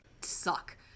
suck